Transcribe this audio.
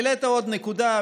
העלית עוד נקודה,